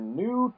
new